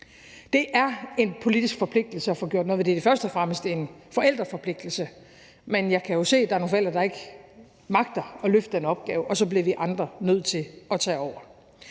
Det er en politisk forpligtelse at få gjort noget ved det. Det er først og fremmest en forældreforpligtelse, men jeg kan jo se, at der er nogle forældre, der ikke magter at løfte den opgave, og så bliver vi andre nødt til at tage over.